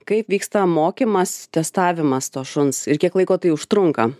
kaip vyksta mokymas testavimas to šuns ir kiek laiko tai užtrunka